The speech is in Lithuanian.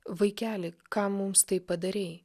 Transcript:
vaikeli kam mums taip padarei